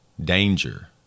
danger